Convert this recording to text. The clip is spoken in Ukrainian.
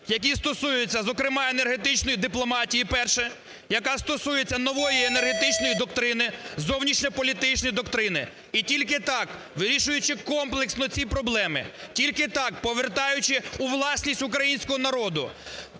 які стосуються, зокрема, енергетичної дипломатії – перше, яка стосується нової енергетичної доктрини, зовнішньополітичної доктрини. І тільки так вирішуючи комплексно ці проблеми, тільки так повертаючи у власність українського народу